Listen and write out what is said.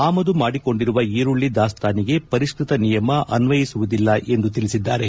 ಆಮದು ಮಾಡಿಕೊಂಡಿರುವ ಈರುಳ್ಳಿ ದಾಸ್ತಾನಿಗೆ ಪರಿಷ್ಕ ತ ನಿಯಮ ಅನ್ವಯಿಸುವುದಿಲ್ಲ ಎಂದು ತಿಳಿಸಿದ್ದಾರೆ